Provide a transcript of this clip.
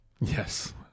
Yes